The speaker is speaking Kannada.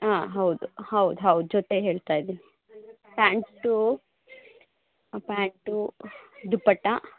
ಹಾಂ ಹೌದು ಹೌದು ಹೌದು ಜೊತೆ ಹೇಳ್ತಾ ಇದೀನಿ ಪ್ಯಾಂಟು ಪ್ಯಾಂಟು ದುಪ್ಪಟ್ಟ